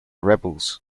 rebels